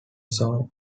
song